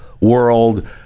world